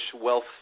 wealth